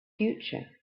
future